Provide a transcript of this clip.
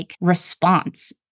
response